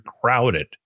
crowded